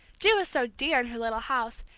ju is so dear in her little house,